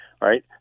right